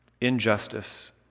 injustice